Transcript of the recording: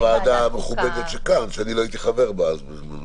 הייתה גם לעיני הוועדה המכובדת כאן שאני לא הייתי חבר בה בזמנו.